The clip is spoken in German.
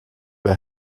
paar